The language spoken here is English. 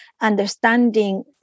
understanding